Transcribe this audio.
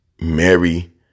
Mary